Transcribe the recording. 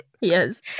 Yes